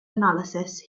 analysis